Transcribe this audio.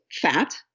fat